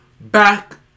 Back